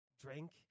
drink